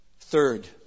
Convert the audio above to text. Third